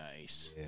nice